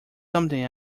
something